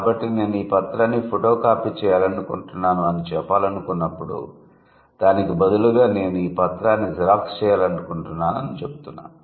కాబట్టి నేను 'ఈ పత్రాన్ని ఫోటోకాపీ చేయాలనుకుంటున్నాను' అని చెప్పాలనుకున్నప్పుడు దానికి బదులుగా నేను 'ఈ పత్రాన్ని జిరాక్స్ చేయాలనుకుంటున్నాను' అని చెప్పుతున్నాను